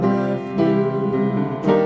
refuge